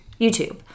YouTube